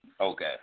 Okay